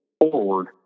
forward